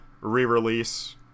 re-release